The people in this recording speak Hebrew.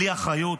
בלי אחריות?